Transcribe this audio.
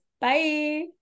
Bye